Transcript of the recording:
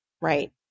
Right